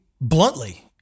bluntly